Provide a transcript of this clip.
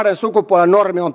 on